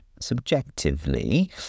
subjectively